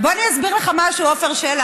בוא אני אסביר לך משהו, עפר שלח,